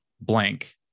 blank